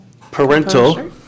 Parental